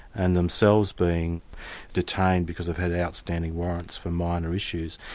and themselves being detained because they've had outstanding warrants for minor issues.